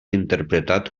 interpretat